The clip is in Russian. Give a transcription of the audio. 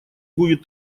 будет